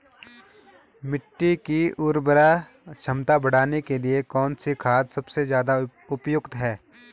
मिट्टी की उर्वरा क्षमता बढ़ाने के लिए कौन सी खाद सबसे ज़्यादा उपयुक्त है?